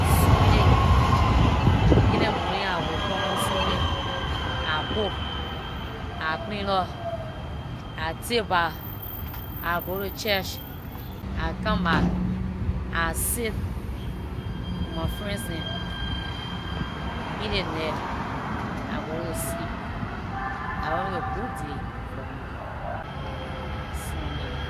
Sunday, in the morning I wake up on sunday. I cook, I clean up, I take bath, I go to church, I come back, I sit with my friends dem. In the night, I go to sleep. Dah one of the good day for me, sunday.